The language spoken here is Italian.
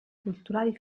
culturali